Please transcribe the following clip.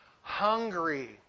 hungry